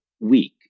week